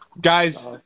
guys